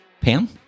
Pam